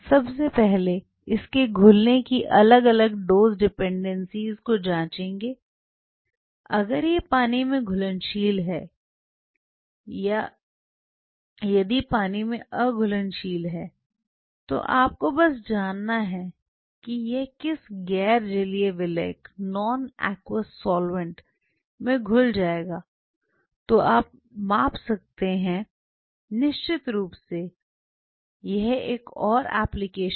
सबसे पहले इसके घुलने की अलग अलग डोज़ डिपेंडेंसी को जांचेंगे अगर यह पानी में घुलनशील है यदि यह पानी में अघुलनशील है तो आपको बस जानना होगा कि यह किस गैर जलीय विलायक में घुल जाएगा तो आप माप सकते हैं संदर्भ समय 1623 निश्चित रूप से यह एक और अनुप्रयोग है